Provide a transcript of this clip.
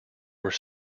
were